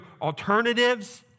alternatives